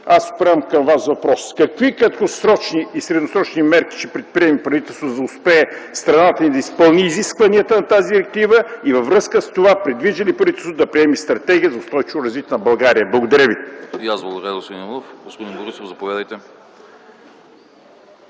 аз отправям към Вас въпроса: какви краткосрочни и средносрочни мерки ще предприеме правителството, за да успее страната ни да изпълни изискванията на тази директива? Във връзка с това, предвижда ли правителството да приеме Стратегия за устойчиво развитие на България? Благодаря ви.